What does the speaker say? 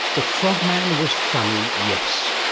the frog man was funny, yes,